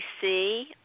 see